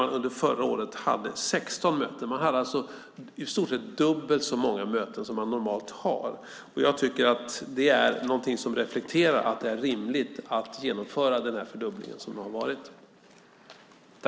Men under förra året hade man 16 möten. Man hade alltså i stort sett dubbelt så många möten som man normalt har. Jag tycker att det är någonting som reflekterar att det var rimligt att genomföra den fördubbling som har skett.